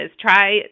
Try